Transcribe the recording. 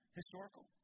historical